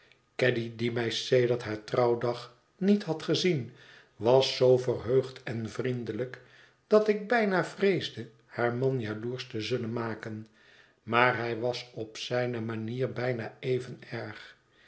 caddy die mij sedert haar trouwdag niet had gezien was zoo verheugd en vriendelijk dat ik bijna vreesde haar man jaloersch te zullen maken maar hij was op zijne manier bijna even erg